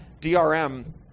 DRM